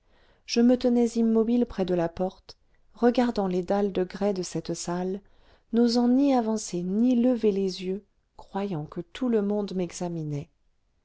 je me tenais immobile près de la porte regardant les dalles de grès de cette salle n'osant ni avancer ni lever les yeux croyant que tout le monde m'examinait